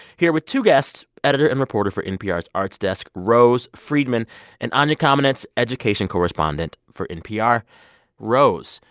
here with two guests editor and reporter for npr's arts desk rose friedman and anya kamenetz, education correspondent for npr rose,